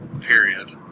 period